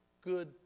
good